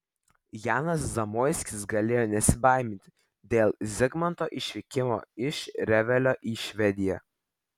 janas zamoiskis galėjo nesibaiminti dėl zigmanto išvykimo iš revelio į švediją